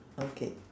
okay